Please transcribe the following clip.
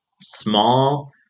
small